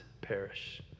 perish